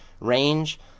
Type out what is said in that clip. range